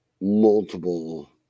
multiple